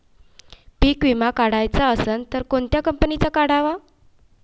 पीक विमा काढाचा असन त कोनत्या कंपनीचा काढाव?